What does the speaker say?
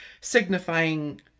signifying